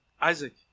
Isaac